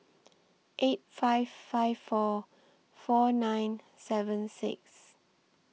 eight five five four four nine seven six